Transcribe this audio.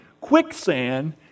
quicksand